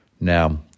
Now